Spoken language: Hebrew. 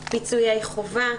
פיצויי חובה,